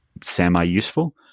semi-useful